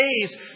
days